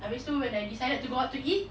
habis tu when I decided to go out to eat